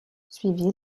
suivi